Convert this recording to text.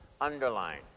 Underline